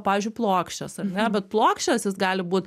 pavyzdžiui plokščias ar ne bet plokščias jis gali būt